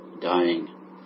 dying